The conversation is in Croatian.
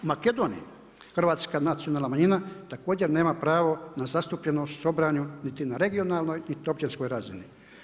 U Makedoniji, hrvatska nacionalna manjina također nema pravo na zastupljenost u Sobranju niti na regionalnoj niti na općinskoj razini.